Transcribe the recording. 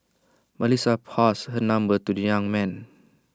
Melissa passed her number to the young man